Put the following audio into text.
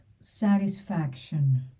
satisfaction